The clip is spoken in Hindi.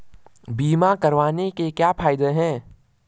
बीमा करवाने के क्या फायदे हैं?